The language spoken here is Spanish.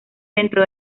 dentro